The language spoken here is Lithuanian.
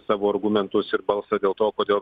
savo argumentus ir balsą dėl to kodėl